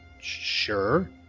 sure